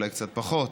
אולי קצת פחות.